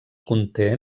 conté